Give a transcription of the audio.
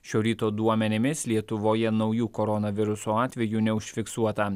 šio ryto duomenimis lietuvoje naujų koronaviruso atvejų neužfiksuota